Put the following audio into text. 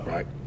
Right